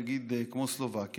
נגיד כמו סלובקיה,